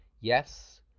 Yes